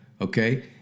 okay